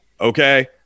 okay